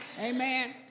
amen